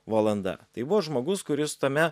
valanda tai buvo žmogus kuris tame